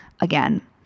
again